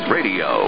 Radio